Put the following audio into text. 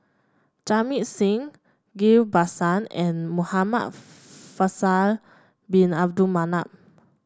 Jamit Singh Ghillie Basan and Muhamad Faisal Bin Abdul Manap